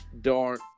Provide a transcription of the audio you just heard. dark